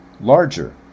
larger